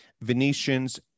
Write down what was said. Venetians